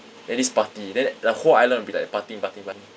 then this party then the whole island will be like partying partying partying